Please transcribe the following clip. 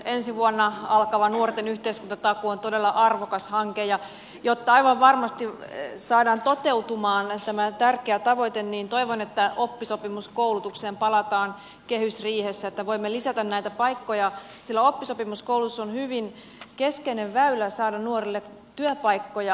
ensi vuonna alkava nuorten yhteiskuntatakuu on todella arvokas hanke ja jotta aivan varmasti saadaan toteutumaan tämä tärkeä tavoite toivon että oppisopimuskoulutukseen palataan kehysriihessä että voimme lisätä näitä paikkoja sillä oppisopimuskoulutus on hyvin keskeinen väylä saada nuorille työpaikkoja